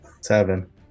Seven